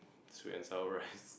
sweet and sour rice